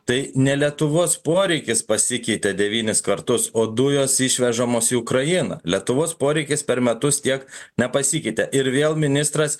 tai ne lietuvos poreikis pasikeitė devynis kartus o dujos išvežamos į ukrainą lietuvos poreikis per metus tiek nepasikeitė ir vėl ministras